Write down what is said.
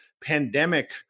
pandemic